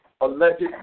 alleged